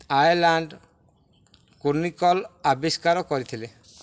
island chronicle ଆବିଷ୍କାର କରିଥିଲେ